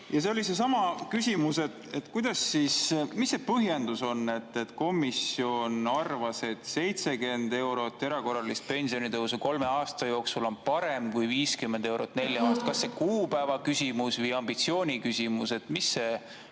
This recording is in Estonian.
See oli seesama küsimus, et mis see põhjendus on, et komisjon arvas, et 70 eurot erakorralist pensionitõusu kolme aasta jooksul on parem kui 50 eurot nelja aasta jooksul. Kas see oli kuupäeva küsimus või ambitsiooni küsimus? Mis see